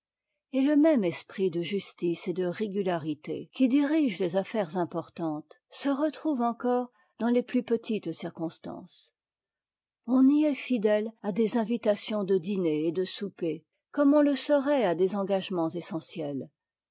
et le même esprit de justice et de régularité qui dirige les affaires importantes se retrouve encore dans les plus petites circonstances on y est fidèle à dès invitations de dîner et de souper comme on le serait à des engagements essentiels